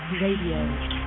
Radio